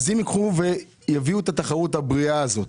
צריך להביא את התחרות הבריאה הזאת